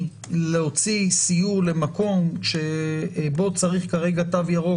להוציא סיור למקום בו צריך כרגע תו ירוק,